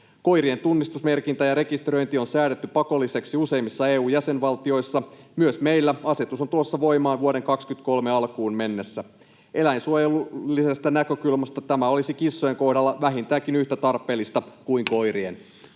Koirien tunnistusmerkintä ja rekisteröinti on säädetty pakolliseksi useimmissa EU-jäsenvaltioissa. Myös meillä asetus on tulossa voimaan vuoden 23 alkuun mennessä. Eläinsuojelullisesta näkökulmasta tämä olisi kissojen kohdalla vähintäänkin yhtä tarpeellista kuin koirien.